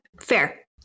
fair